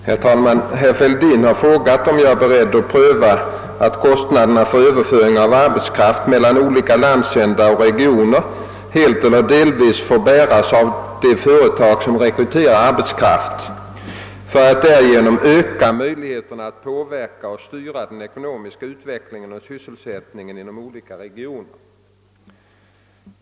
Herr talman! Herr Fälldin har frågat om jag är beredd att pröva att kostnaderna för överföring av arbetskraft mellan olika landsändar och regioner helt eller delvis får bäras av de företag som rekryterar arbetskraft för att därigenom öka möjligheterna att påverka och styra den ekonomiska utvecklingen och sysselsättningen inom olika regioner.